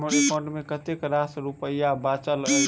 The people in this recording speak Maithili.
हम्मर एकाउंट मे कतेक रास रुपया बाचल अई?